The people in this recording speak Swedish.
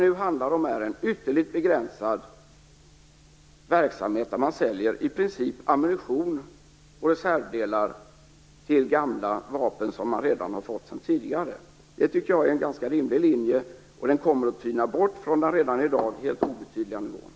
Nu handlar det om en ytterligt begränsad verksamhet, där man i princip säljer ammunition och reservdelar till gamla vapen som man sålt tidigare. Det är en ganska rimlig linje, och exporten kommer att tyna bort från den redan i dag obetydliga nivån.